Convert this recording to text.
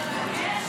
הדם,